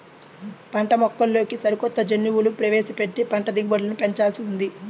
పంటమొక్కల్లోకి సరికొత్త జన్యువులు ప్రవేశపెట్టి పంట దిగుబడులను పెంచాల్సి ఉంది